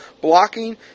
blocking